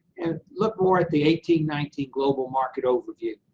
and look more at the eighteen nineteen global market overview,